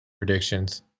predictions